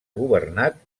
governat